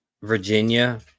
virginia